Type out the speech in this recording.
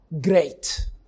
great